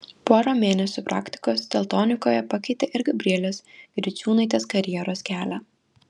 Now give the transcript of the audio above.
pora mėnesių praktikos teltonikoje pakeitė ir gabrielės griciūnaitės karjeros kelią